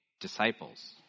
disciples